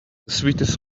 sweetest